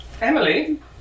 Emily